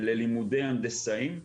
ללימודי הנדסאים,